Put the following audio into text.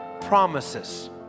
promises